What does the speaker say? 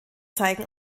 zeigen